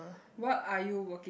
what are you working